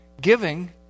Giving